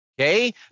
okay